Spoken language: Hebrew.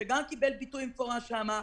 שגם קיבל ביטוי מפורש שם,